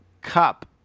cup